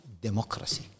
democracy